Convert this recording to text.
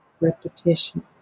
repetition